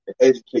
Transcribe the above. educate